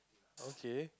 okay